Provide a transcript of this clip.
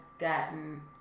Gotten